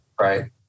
right